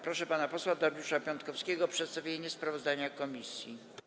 Proszę pana posła Dariusza Piontkowskiego o przedstawienie sprawozdania komisji.